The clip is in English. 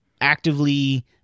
actively